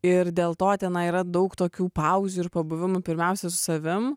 ir dėl to tenai yra daug tokių pauzių ir pabuvimų pirmiausia su savim